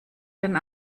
den